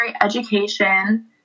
education